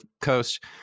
coast